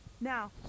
Now